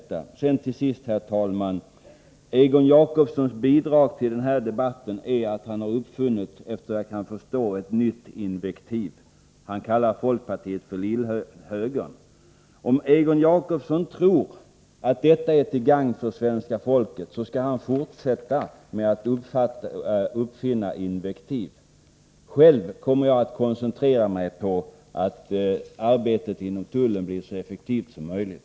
Till sist, herr talman: Egon Jacobssons bidrag till den här debatten är att han, såvitt jag kan förstå, har uppfunnit ett nytt invektiv: han kallar folkpartiet ”lillhögern”. Om Egon Jacobsson tror att det är till gagn för svenska folket, skall han fortsätta med att uppfinna invektiv. Själv kommer jag att koncentrera mig på att arbetet inom tullen blir så effektivt som möjligt.